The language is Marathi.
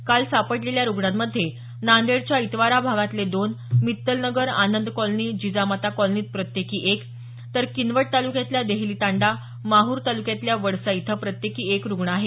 काल सापडलेल्या रुग्णांमध्ये नांदेडच्या इतवारा भागातले दोन मित्तलनगर आनंद कॉलनी जिजामाता कॉलनीत प्रत्येकी एक तर किनवट तालुक्यातल्या देहली तांडा माहर तालुक्यातल्या वडसा इथं प्रत्येकी एक रुग्ण आहे